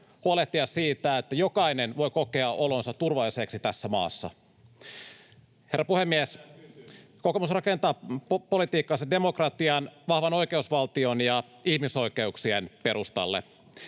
huolehtia siitä, että jokainen voi kokea olonsa turvalliseksi tässä maassa. [Välihuuto vasemmalta] Arvoisa puhemies! Kokoomus rakentaa politiikkaansa demokratian, vahvan oikeusvaltion ja ihmisoikeuksien perustalle.